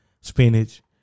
spinach